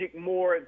more